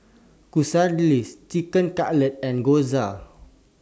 Quesadillas Chicken Cutlet and Gyoza